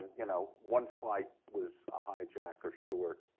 you know one flight was a hijacker short,